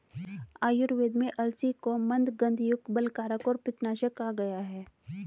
आयुर्वेद में अलसी को मन्दगंधयुक्त, बलकारक और पित्तनाशक कहा गया है